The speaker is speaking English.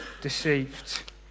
deceived